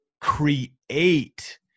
create